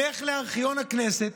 לך לארכיון הכנסת,